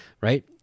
right